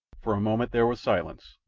for a moment there was silence.